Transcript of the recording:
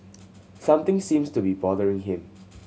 something seems to be bothering him